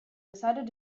decided